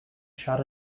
shot